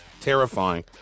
terrifying